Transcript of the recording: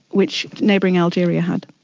which neighbouring algeria had.